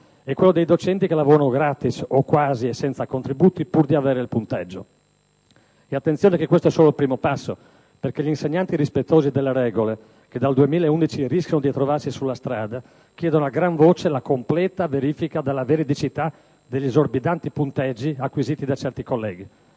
e quello dei docenti che lavorano, gratis o quasi, e senza contributi, pur di avere il punteggio. Attenzione, questo è solo il primo passo, perché gli insegnanti rispettosi delle regole - che dal 2011 rischiano di trovarsi sulla strada - chiedono a gran voce la completa verifica della veridicità degli esorbitanti punteggi acquisiti da certi colleghi.